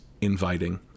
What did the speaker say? inviting